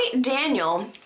Daniel